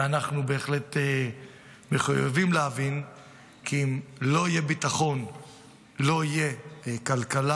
ואנחנו בהחלט מחויבים להבין כי אם לא יהיה ביטחון לא תהיה כלכלה.